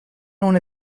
una